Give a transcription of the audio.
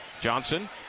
Johnson